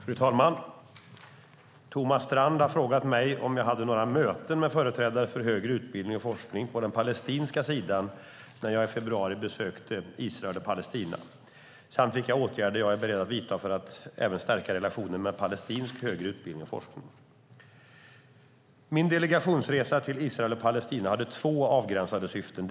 Fru talman! Thomas Strand har frågat mig om jag hade några möten med företrädare för högre utbildning och forskning på den palestinska sidan när jag i februari besökte Israel och Palestina, samt vilka åtgärder jag är beredd att vidta för att även stärka relationen med palestinsk högre utbildning och forskning. Min delegationsresa till Israel och Palestina hade två avgränsade syften.